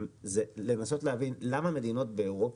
ולנסות להבין למה מדינות באירופה,